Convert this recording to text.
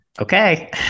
Okay